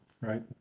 right